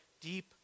deep